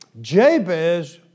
Jabez